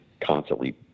Constantly